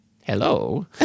hello